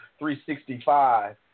365